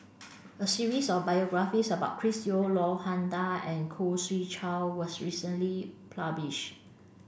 a series of biographies about Chris Yeo Han Lao Da and Khoo Swee Chiow was recently published